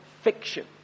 fiction